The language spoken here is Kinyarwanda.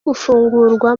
gufungurwa